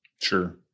Sure